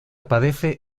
padece